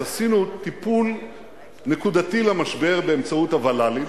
אז עשינו טיפול נקודתי למשבר באמצעות הוול"לים.